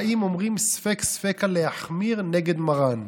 האם אומרים: ספק ספיקא להחמיר נגד מרן?